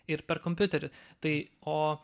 ir per kompiuterį tai o